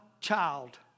child